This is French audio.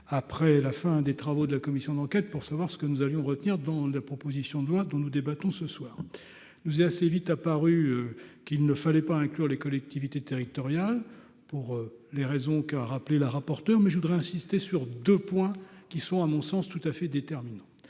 après la fin des travaux de la commission d'enquête pour savoir ce que nous allions retenir dans la proposition de loi dont nous débattons ce soir nous est assez vite apparu qu'il ne fallait pas inclure les collectivités territoriales pour les raisons qu'a rappelé la rapporteure, mais je voudrais insister sur 2 points qui sont à mon sens tout à fait déterminant